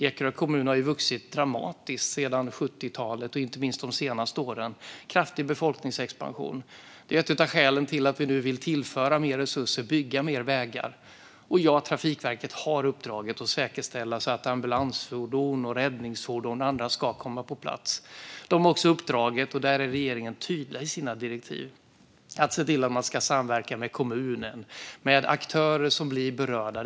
Ekerö kommun har vuxit dramatiskt sedan 70-talet, inte minst under de senaste åren. Det sker en kraftig befolkningsexpansion. Det är ett av skälen till att vi nu vill tillföra mer resurser och bygga mer vägar. Och ja, Trafikverket har uppdraget att säkerställa att ambulansfordon, räddningsfordon och andra ska komma på plats. De har också uppdraget - och där är regeringen tydlig i sina direktiv - att se till att samverka med kommuner och med aktörer som blir berörda.